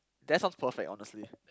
that sounds perfect honestly